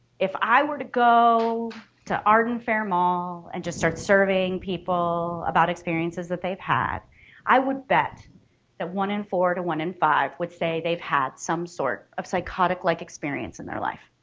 if i were to go to arden fair mall and just start surveying people about experiences that they've had i would bet that one in four to one in five would say they've had some sort of psychotic like experience in their life.